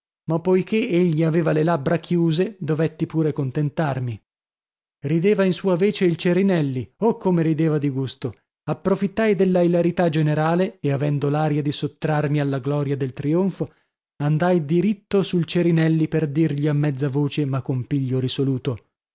ma poichè egli aveva le labbra chiuse dovetti pure contentarmi rideva in sua vece il cerinelli oh come rideva di gusto approfittai della ilarità generale e avendo l'aria di sottrarmi alla gloria del trionfo andai diritto sul cerinelli per dirgli a mezza voce ma con piglio risoluto